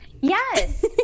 Yes